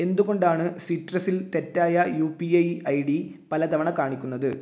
എന്തുകൊണ്ടാണ് സിട്രസിൽ തെറ്റായ U P I I D പല തവണ കാണിക്കുന്നത്